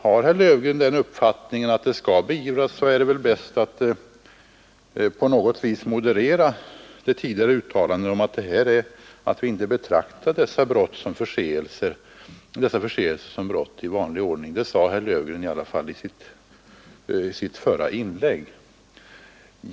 Har herr Löfgren den uppfattningen att det skall beivras, så är det väl bäst att på något vis moderera det tidigare uttalandet om att dessa förseelser inte betraktas som brott i vanlig ordning. Det sade herr Löfgren i alla fall i sitt förra inlägg.